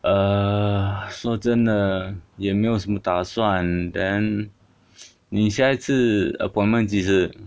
err 说真的也没有什么打算 then 你下一次 appointment 几时